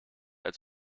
als